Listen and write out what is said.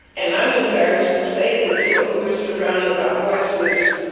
and i'm embarrassed to say this, but we were surrounded by horses